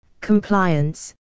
compliance